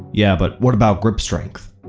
yeah but what about grip strength?